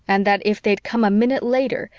and that if they'd come a minute later,